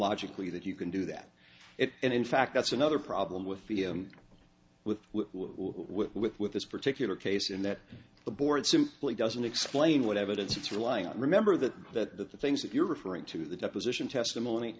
logically that you can do that and in fact that's another problem with with with with with this particular case in that the board simply doesn't explain what evidence it's relying on remember that that the things that you're referring to the deposition testimony